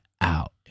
out